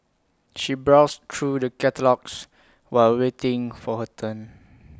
she browsed through the catalogues while waiting for her turn